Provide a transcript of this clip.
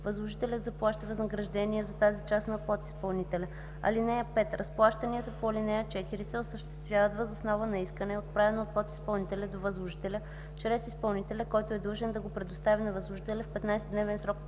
възложителят заплаща възнаграждение за тази част на подизпълнителя. (5) Разплащанията по ал. 4 се осъществяват въз основа на искане, отправено от подизпълнителя до възложителя чрез изпълнителя, който е длъжен да го предостави на възложителя в 15-дневен срок